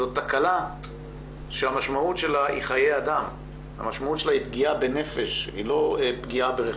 זאת תקלה שהמשמעות שלה היא חיי אדם ופגיעה בנפש ולא ברכוש.